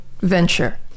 venture